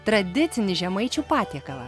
tradicinį žemaičių patiekalą